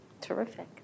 Terrific